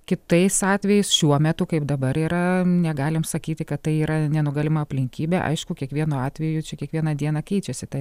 kitais atvejais šiuo metu kaip dabar yra negalim sakyti kad tai yra nenugalima aplinkybė aišku kiekvienu atveju čia kiekvieną dieną keičiasi ta